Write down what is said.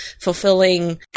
fulfilling